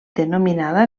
denominada